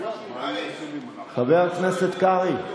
חבר הכנסת קרעי.